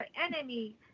enemy